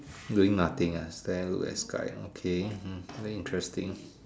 doing nothing ah then look at sky okay hmm very interesting